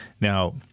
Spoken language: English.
Now-